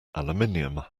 aluminium